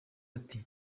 ati